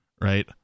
right